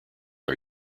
are